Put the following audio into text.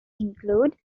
include